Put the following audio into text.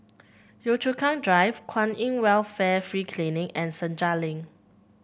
Yio Chu Kang Drive Kwan In Welfare Free Clinic and Senja Link